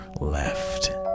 left